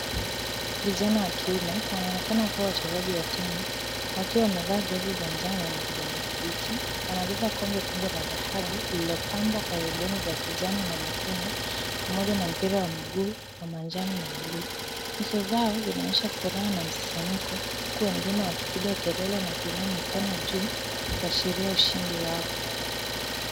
Vijana wa kiume wanaonekana kuwa wachezaji wa timu wakiwa wamevaa jezi za njano na kijani kibichi. Wanabeba kombe kubwa la dhahabu lililopambwa kwa [C]riboni [c] za kijani na nyekundu pamoja na mpira wa mguu wa manjano na buluu. Nyuso zao zinaonyesha furaha na msisimko huku wengine wakipiga kelele na kuinua mikono juu kuashiria ushindi wao.